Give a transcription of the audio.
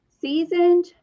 seasoned